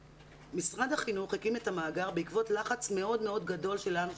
משרד החינוך הקים את המאגר בעקבות לחץ מאוד מאוד גדול שלנו,